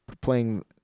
playing